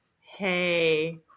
hey